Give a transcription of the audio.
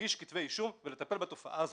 להגיד כתבי אישום ולטפל בתופעה הזאת.